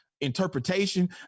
interpretation